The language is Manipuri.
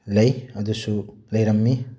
ꯂꯩ ꯑꯗꯨꯁꯨ ꯂꯩꯔꯝꯃꯤ